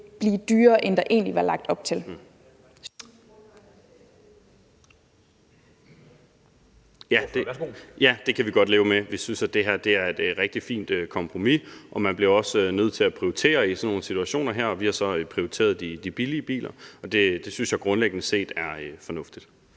Ja, værsgo. Kl. 12:05 Carl Valentin (SF): Det kan vi godt leve med. Vi synes, det her er et rigtig fint kompromis. Og man bliver også nødt til at prioritere i sådan nogle situationer. Vi har så prioriteret de billige biler. Det synes jeg grundlæggende er fornuftigt.